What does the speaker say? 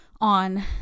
on